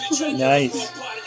Nice